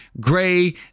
Gray